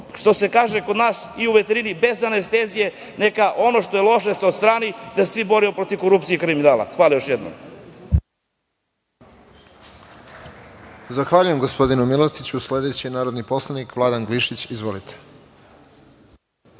Što se kaže kod nas i u veterini – bez anestezije, neka ono što je loše se odstrani, da se svi borimo protiv korupcije i kriminala. Hvala.